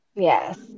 Yes